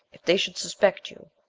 if they should suspect you.